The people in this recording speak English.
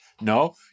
no